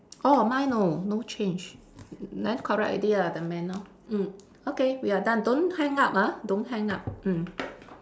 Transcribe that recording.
orh mine no no change then correct already lah the man lor mm okay we are done don't hang up ah don't hang up mm